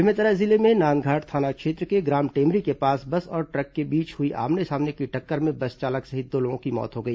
बेमेतरा जिले में नांदघाट थाना क्षेत्र के ग्राम टेमरी के पास बस और ट्रक के बीच हुई आमने सामने की टक्कर में बस चालक सहित दो लोगों की मौत हो गई